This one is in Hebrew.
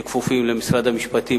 שכפופים למשרד המשפטים,